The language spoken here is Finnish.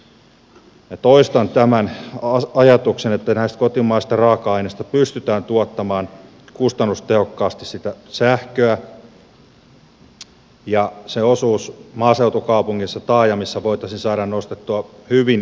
ja toistan tämän ajatuksen että näistä kotimaisista raaka aineista pystytään tuottamaan kustannustehokkaasti sitä sähköä ja sen osuus maaseutukaupungeissa taajamissa voitaisiin saada nostettua hyvin merkittäväksi